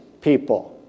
people